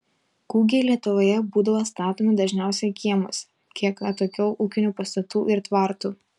kūgiai lietuvoje būdavo statomi dažniausiai kiemuose kiek atokiau ūkinių pastatų ir tvartų